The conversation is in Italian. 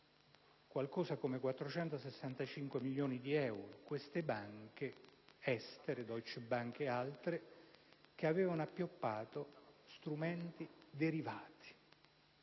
banche circa 465 milioni di euro. Queste banche estere (Deutsche Bank ed altre) avevano appioppato strumenti derivati.